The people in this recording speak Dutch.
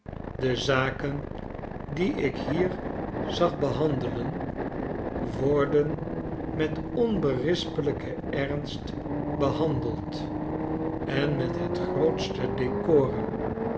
de zaken die ik hier zag behandelen worden met onberispelijken ernst behandeld en met het grootste decorum